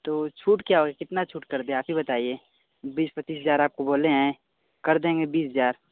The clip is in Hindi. तो छूट क्या होगी कितना छूट कर दें आप ही बताइए बीस पच्चीस हजार आपको बोले हैं कर देंगे बीस हजार